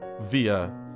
via